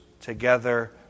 together